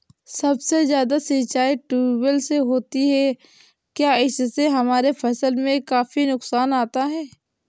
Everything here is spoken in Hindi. सबसे ज्यादा सिंचाई ट्यूबवेल से होती है क्या इससे हमारे फसल में काफी नुकसान आता है?